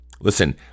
Listen